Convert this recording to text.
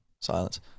Silence